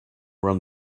around